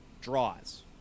draws